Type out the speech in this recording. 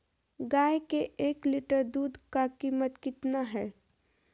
गाय के एक लीटर दूध का कीमत कितना है?